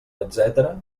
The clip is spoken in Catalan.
etcètera